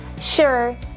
Sure